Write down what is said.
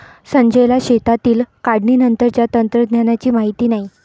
संजयला शेतातील काढणीनंतरच्या तंत्रज्ञानाची माहिती नाही